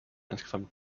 insgesamt